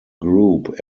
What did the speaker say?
group